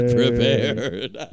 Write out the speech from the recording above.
prepared